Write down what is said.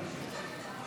חברי הכנסת,